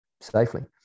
safely